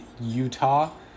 Utah